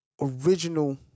original